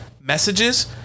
messages